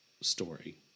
story